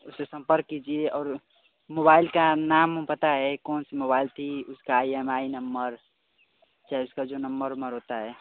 उसे संपर्क कीजिए और मुबाइल का नाम पता है कौन सी मोबाईल थी उसका आइ एम आइ नम्मर चाहे उसका जो नम्मर उम्मर होता है